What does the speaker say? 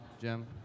Jim